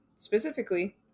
Specifically